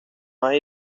hay